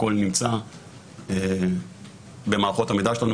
הכול נמצא במערכות המידע שלנו,